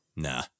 Nah